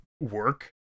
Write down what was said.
work